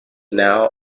now